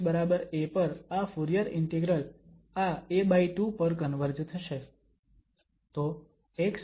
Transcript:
તેથી xa પર આ ફુરીયર ઇન્ટિગ્રલ આ a2 પર કન્વર્જ થશે